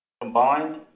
Combined